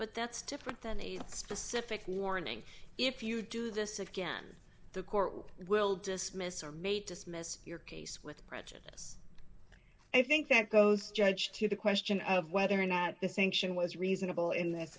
but that's different than a specific warning if you do this again the court will dismiss or may dismiss your case with prejudice i think that goes judge to the question of whether an at the sanction was reasonable in this